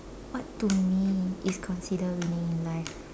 what to mean is considered winning in your life